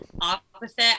opposite